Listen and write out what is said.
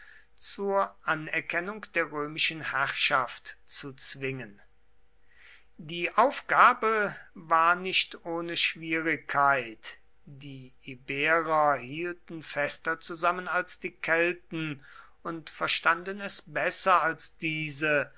zur anerkennung der römischen herrschaft zu zwingen die aufgabe war nicht ohne schwierigkeit die iberer hielten fester zusammen als die kelten und verstanden es besser als diese